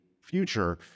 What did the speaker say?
future